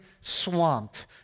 swamped